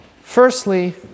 firstly